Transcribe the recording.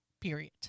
period